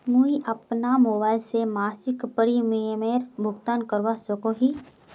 मुई अपना मोबाईल से मासिक प्रीमियमेर भुगतान करवा सकोहो ही?